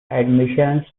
admissions